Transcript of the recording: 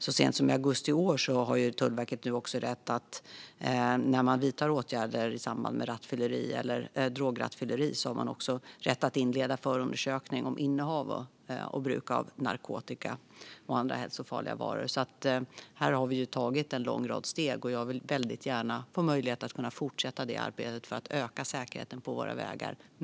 Så sent som i augusti i år fick Tullverket rätt att, när de vidtar åtgärder i samband med rattfylleri eller drograttfylleri, inleda förundersökning om innehav och bruk av narkotika och andra hälsofarliga varor. Vi har alltså tagit en lång rad steg, och jag vill väldigt gärna få möjlighet att fortsätta arbetet för att öka säkerheten på våra vägar.